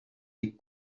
des